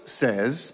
says